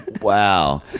Wow